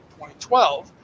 2012